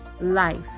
life